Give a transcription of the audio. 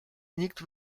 nikt